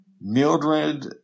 Mildred